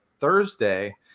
thursday